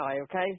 okay